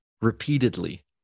repeatedly